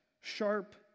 sharp